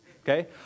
Okay